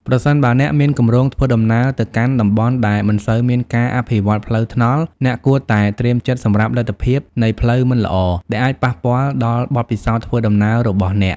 ប្រសិនបើអ្នកមានគម្រោងធ្វើដំណើរទៅកាន់តំបន់ដែលមិនសូវមានការអភិវឌ្ឍផ្លូវថ្នល់ អ្នកគួរតែត្រៀមចិត្តសម្រាប់លទ្ធភាពនៃផ្លូវមិនល្អដែលអាចប៉ះពាល់ដល់បទពិសោធន៍ធ្វើដំណើររបស់អ្នក។